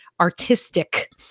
artistic